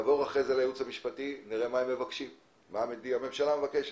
אחרי זה לעבור לייעוץ המשפטי כדי להבין מה הממשלה מבקשת,